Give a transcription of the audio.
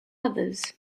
others